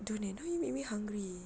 don't eh now you make me hungry